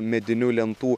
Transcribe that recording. medinių lentų